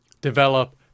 develop